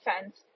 fence